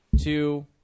two